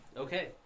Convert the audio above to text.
Okay